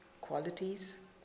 qualities